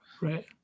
Right